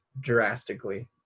drastically